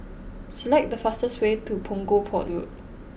select the fastest way to Punggol Port Road